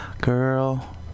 Girl